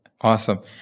Awesome